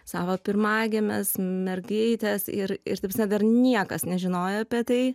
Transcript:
savo pirmagimės mergaitės ir ir ta prasme dar niekas nežinojo apie tai